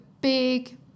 big